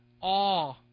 awe